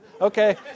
Okay